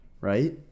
right